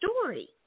story